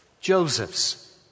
Joseph's